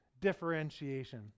differentiation